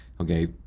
okay